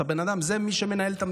הבן אדם זה מי שמנהל את המדינה.